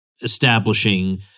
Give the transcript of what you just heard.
establishing